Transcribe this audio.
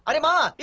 ah bhima. yeah